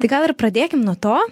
tai gal ir pradėkim nuo to